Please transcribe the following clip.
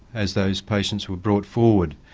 as those patients were brought forward.